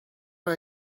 are